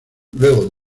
luego